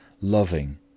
loving